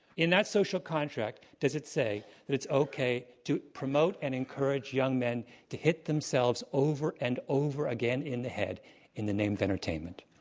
in that social contract does it say that it's okay to promote and encourage young men to hit themselves over and over again in the head in the name of entertainment.